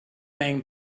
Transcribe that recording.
men